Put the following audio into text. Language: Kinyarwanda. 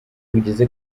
bigeze